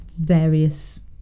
various